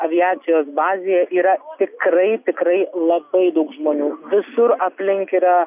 aviacijos bazėje yra tikrai tikrai labai daug žmonių visur aplink yra